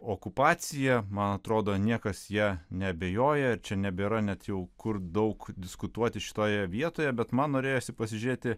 okupacija man atrodo niekas ja neabejoja čia nebėra net jau kur daug diskutuoti šitoje vietoje bet man norėjosi pasižiūrėti